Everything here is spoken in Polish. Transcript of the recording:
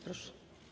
Proszę.